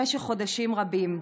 במשך חודשים רבים.